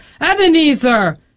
Ebenezer